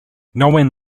known